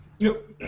Nope